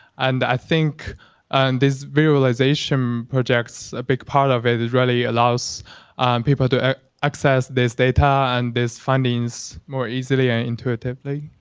and i think and this visualization projects a big part of it is really allows people to access this data and this findings more easily and intuitively.